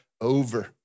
over